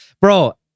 bro